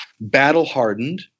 Battle-hardened